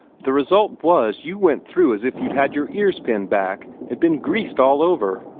the result was you went through as if you'd had your ears pinned back, and been greased all over.